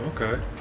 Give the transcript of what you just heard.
Okay